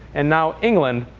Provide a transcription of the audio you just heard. and now england.